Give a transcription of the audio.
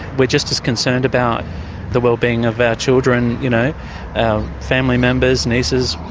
we're just as concerned about the wellbeing of our children, you know our family members, nieces,